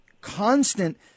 constant